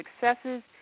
successes